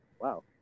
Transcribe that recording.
Wow